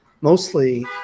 mostly